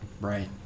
Right